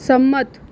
સંમત